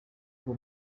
bwo